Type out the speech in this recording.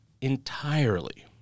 entirely